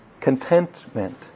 Contentment